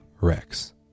Rex